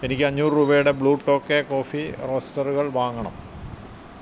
എനിക്ക് അഞ്ഞൂറ് രൂപയുടെ ബ്ലൂ ടോക്കൈ കോഫി റോസ്റ്ററുകൾ വാങ്ങണം